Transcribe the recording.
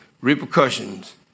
repercussions